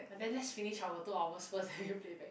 ah then let's finish our two hours first then we play back